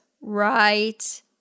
right